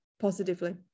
positively